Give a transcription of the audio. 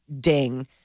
ding